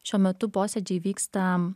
šiuo metu posėdžiai vyksta